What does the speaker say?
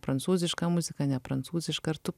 prancūziška muzika ne prancūziška ar tu